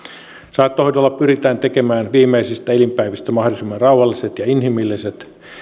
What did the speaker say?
saattohoidolla pyritään tekemään viimeisistä elinpäivistä mahdollisimman rauhalliset ja inhimilliset